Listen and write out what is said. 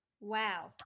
wow